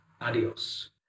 Adios